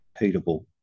repeatable